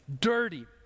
dirty